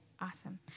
awesome